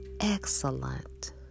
excellent